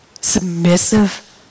submissive